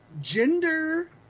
Gender